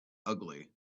ugly